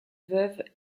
veuve